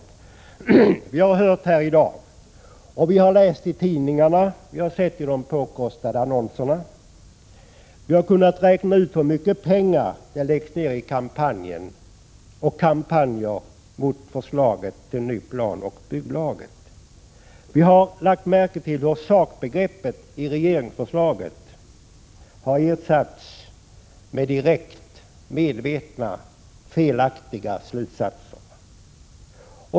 Av vad vi har hört här och av vad vi har läst i tidningarna med påkostade annonser kan man räkna ut hur mycket pengar som läggs ned i kampanjen mot förslaget till ny planoch bygglag. Vi har lagt märke till hur sakbegreppet i regeringsförslaget har ersatts med medvetet felaktiga slutsatser.